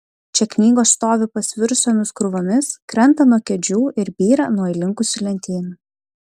čia knygos stovi pasvirusiomis krūvomis krenta nuo kėdžių ir byra nuo įlinkusių lentynų